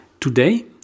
Today